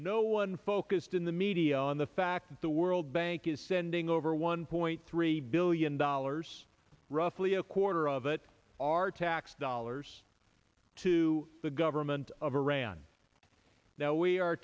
no one focused in the media on the fact that the world bank is sending over one point three billion dollars roughly a quarter of it our tax dollars to the government of iran now we are